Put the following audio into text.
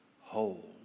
whole